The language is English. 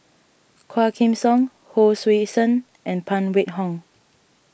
Quah Kim Song Hon Sui Sen and Phan Wait Hong